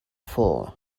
fall